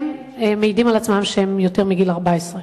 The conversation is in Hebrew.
כי הם מעידים על עצמם שהם בני יותר מ-14.